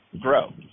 grow